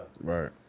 Right